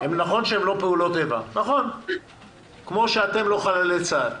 נכון שהם לא פעולות איבה, כמו שאתם לא חללי צה"ל.